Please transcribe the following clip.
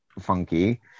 funky